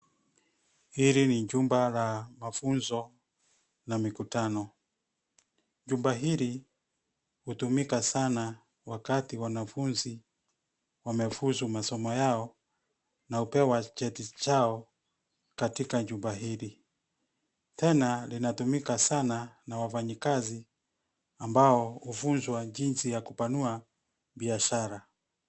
Hili ni jumba la mafunzo na mikutano. Jumba hili hutumika sana wakati wanafunzi wamefuzu masomo yao na hupewa cheti chao katika jumba hili. Tena, linatumika sana na wafanyikazi ambao hufunzwa jinsi ya kupanua biashara.